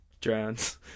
Drowns